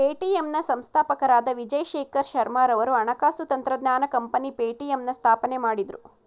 Paytm ನ ಸಂಸ್ಥಾಪಕರಾದ ವಿಜಯ್ ಶೇಖರ್ ಶರ್ಮಾರವರು ಹಣಕಾಸು ತಂತ್ರಜ್ಞಾನ ಕಂಪನಿ ಪೇಟಿಎಂನ ಸ್ಥಾಪನೆ ಮಾಡಿದ್ರು